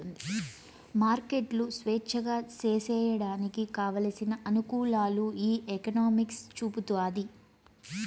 మార్కెట్లు స్వేచ్ఛగా సేసేయడానికి కావలసిన అనుకూలాలు ఈ ఎకనామిక్స్ చూపుతాది